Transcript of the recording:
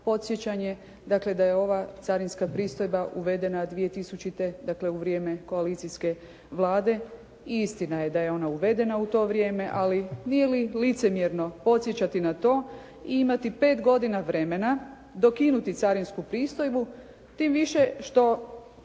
podsjećanje, dakle da je ova carinska pristojba uvedena 2000., dakle u vrijeme koalicijske Vlade i istina je da je ona uvedena u to vrijeme, ali nije li licemjerno podsjećati na to i imati 5 godina vremena dokinuti carinsku pristojbu tim više što